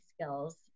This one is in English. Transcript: skills